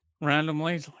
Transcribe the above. randomly